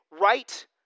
right